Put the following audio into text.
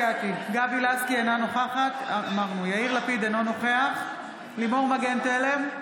לפיד, אינו נוכח לימור מגן תלם,